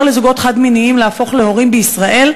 לזוגות חד-מיניים להפוך להורים בישראל,